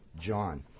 John